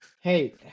Hey